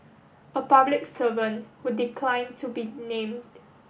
a public servant who declined to be named